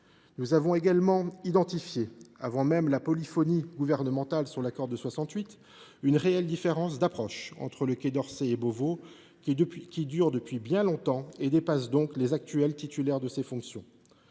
Nous avons également identifié, avant même la polyphonie gouvernementale sur l’accord de 1968, une réelle différence d’approche entre le Quai d’Orsay et Beauvau. Elle dure depuis bien longtemps et dépasse donc les actuels titulaires de ces fonctions.